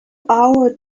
hour